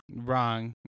wrong